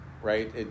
Right